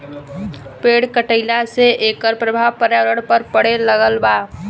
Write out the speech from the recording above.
पेड़ कटईला से एकर प्रभाव पर्यावरण पर पड़े लागल बा